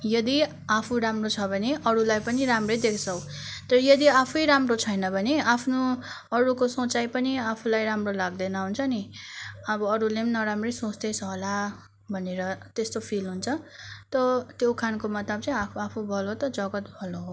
यदि आफू राम्रो छ भने अरूलाई पनि राम्रै देख्छौँ तर यदि आफैँ राम्रो छैन भने आफ्नो अरूको सोचाइ पनि आफूलाई राम्रो लाग्दैन हुन्छ नि अब अरूले पनि नराम्रै सोच्दैछ होला भनेर त्यस्तो फिल हुन्छ त त्यो उखानको मतलब चाहिँ आफू आफू भलो त जगत् भलो हो